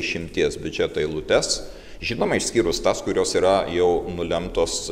išimties biudžeto eilutes žinoma išskyrus tas kurios yra jau nulemtos